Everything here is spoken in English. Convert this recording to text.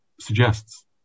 suggests